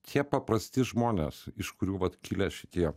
tie paprasti žmonės iš kurių vat kilę šitie